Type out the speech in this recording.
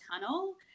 tunnel